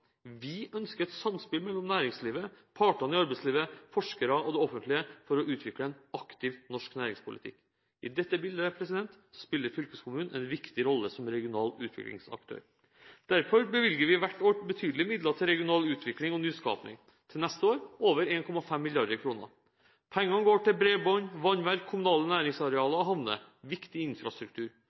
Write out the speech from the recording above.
Vi ønsker et samspill mellom næringslivet, partene i arbeidslivet, forskere og det offentlige for å utvikle en aktiv norsk næringspolitikk. I dette bildet spiller fylkeskommunen en viktig rolle som regional utviklingsaktør. Derfor bevilger vi hvert år betydelige midler til regional utvikling og nyskaping – til neste år over 1,5 mrd. kr. Pengene går til bredbånd, vannverk, kommunale næringsarealer og havner – viktig infrastruktur.